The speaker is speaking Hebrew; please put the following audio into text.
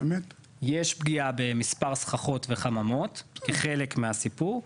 יש פגיעה במספר סככות וחממות כחלק מהסיפור.